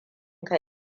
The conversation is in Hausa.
ka